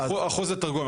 אחוז התרגום.